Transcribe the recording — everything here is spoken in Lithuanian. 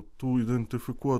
tų identifikuo